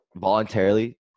voluntarily